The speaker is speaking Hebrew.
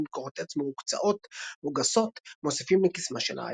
בקורות עץ מהוקצעות או גסות מוסיפים לקסמה של העיירה.